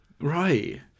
Right